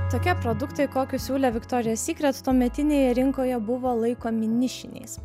tokie produktai kokius siūlė viktorija sykret tuometinėje rinkoje buvo laikomi nišiniais